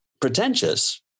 pretentious